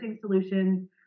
solutions